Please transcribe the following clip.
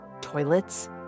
toilets